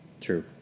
True